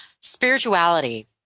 spirituality